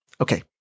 okay